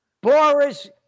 Boris